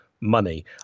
money